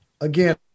again